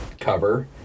cover